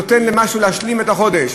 נותן משהו להשלים את החודש.